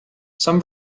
some